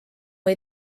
või